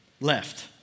left